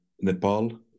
Nepal